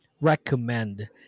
recommend